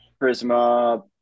Prisma